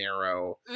narrow